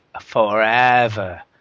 forever